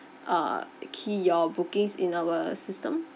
uh key your bookings in our system